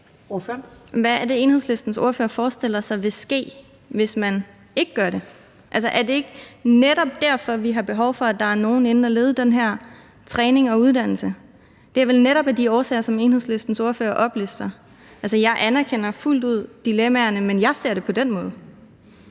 Hvad er det, Enhedslistens ordfører forestiller sig vil ske, hvis man ikke gør det? Er det ikke netop derfor, vi har behov for, at der er nogen inde og lede den her træning og uddannelse? Det er vel netop af de årsager, som Enhedslistens ordfører oplister. Jeg anerkender fuldt ud dilemmaerne, men det er den måde,